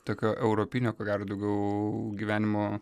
tokio europinio ko gero daugiau gyvenimo